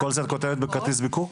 לך תודה על כל השנים.